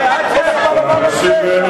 אין לך מה לומר על זה?